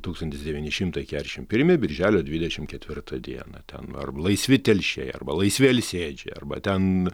tūkstantis devyni šimtai keturiasdešimt pirmi birželio dvidešimt ketvirta diena ten arba laisvi telšiai arba laisvi alsėdžiai arba ten